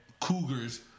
cougars